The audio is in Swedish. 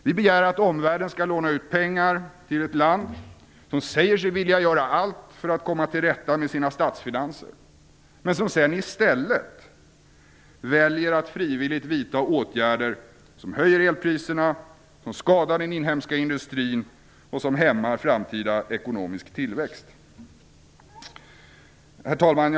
Vi begär att omvärlden skall låna ut pengar till ett land som säger sig vilja göra allt för att komma till rätta med sina statsfinanser men som sedan i stället väljer att vidta åtgärder som höjer elpriserna, som skadar den inhemska industrin och som hämmar framtida ekonomisk tillväxt. Herr talman!